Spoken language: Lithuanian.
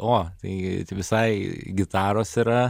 o tai tai visai gitaros yra